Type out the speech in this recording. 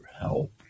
help